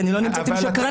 כי אני לא נמצאת עם שקרנים.